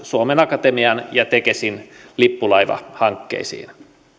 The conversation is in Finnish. suomen akatemian ja tekesin lippulaivahankkeisiin